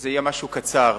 זה יהיה משהו קצר,